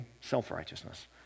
self-righteousness